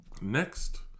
Next